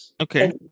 okay